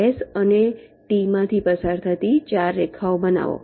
S અને Tમાંથી પસાર થતી 4 રેખાઓ બનાવો